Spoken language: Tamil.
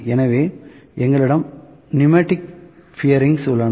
எனவே எங்களிடம் நியூமேடிக் பியரிங்ஸ் உள்ளன